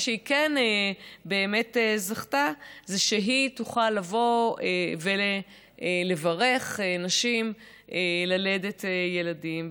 מה שהיא כן באמת זכתה זה שהיא תוכל לבוא לברך נשים ללדת ילדים.